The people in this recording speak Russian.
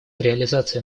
реализация